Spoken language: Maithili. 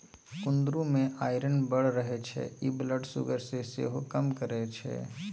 कुंदरु मे आइरन बड़ रहय छै इ ब्लड सुगर केँ सेहो कम करय छै